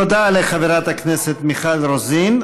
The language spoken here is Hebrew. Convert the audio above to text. תודה לחברת הכנסת מיכל רוזין.